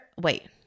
Wait